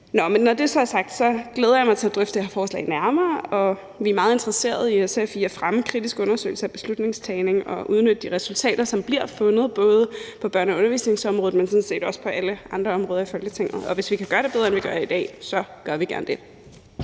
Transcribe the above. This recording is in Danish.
Når det så er sagt, glæder jeg mig til at drøfte det her forslag nærmere. Vi er meget interesserede i SF i at fremme kritiske undersøgelser af beslutningstagning og udnytte de resultater, som bliver fundet, både på børne- og undervisningsområdet, men sådan set også på alle andre områder i Folketinget, og hvis vi kan gøre det bedre, end vi gør det i dag, gør vi gerne det.